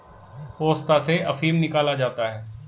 पोस्ता से अफीम निकाला जाता है